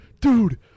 dude